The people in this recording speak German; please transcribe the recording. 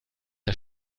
der